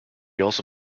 also